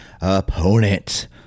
opponent